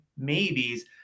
maybes